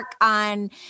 on